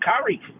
curry